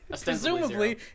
Presumably